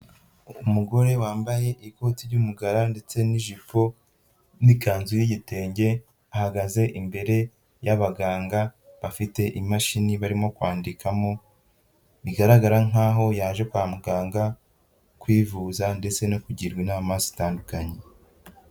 Umugore wambaye ikoti ry'umukara ndetse n'ijipo, n'ikanzu y'igitenge, ahagaze imbere y'abaganga bafite imashini barimo kwandikamo, bigaragara nka yaje kwa muganga kwivuza ndetse no kugirwa inama zitandukanye.